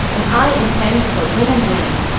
and i intend to go in and win,